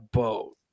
boat